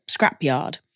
scrapyard